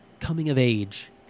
coming-of-age